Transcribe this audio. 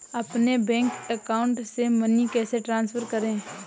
अपने bank account से money कैसे ट्रांसफर करें?